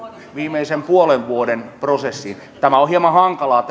viimeisen puolen vuoden prosessiin tämä keskusteleminen on hieman hankalaa